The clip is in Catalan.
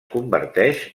converteix